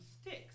sticks